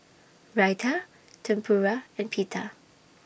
Raita Tempura and Pita